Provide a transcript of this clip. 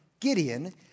Gideon